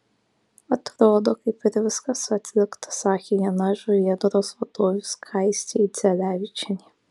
atrodo kaip ir viskas atlikta sakė viena žuvėdros vadovių skaistė idzelevičienė